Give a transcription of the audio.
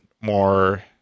more